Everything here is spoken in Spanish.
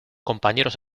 compañeros